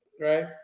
Right